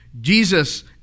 Jesus